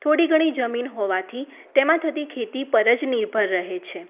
થોડી ઘણી જમીન હોવાથી તેમાં થતી ખેતી પર જ નિર્ભર રહે છે